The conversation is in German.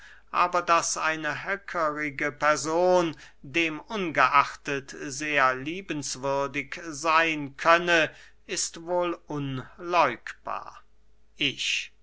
aber daß eine höckerige person demungeachtet sehr liebenswürdig seyn könne ist wohl unläugbar ich